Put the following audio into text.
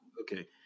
Okay